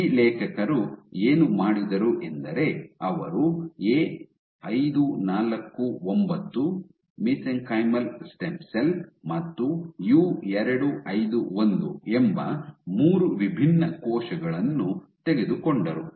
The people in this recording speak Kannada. ಈ ಲೇಖಕರು ಏನು ಮಾಡಿದರು ಎಂದರೆ ಅವರು ಎ 549 ಮಿಸೆಂಕೈಂ ಸ್ಟೆಮ್ ಸೆಲ್ ಮತ್ತು ಯು 251 ಎಂಬ ಮೂರು ವಿಭಿನ್ನ ಕೋಶಗಳನ್ನು ತೆಗೆದುಕೊಂಡರು